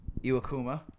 Iwakuma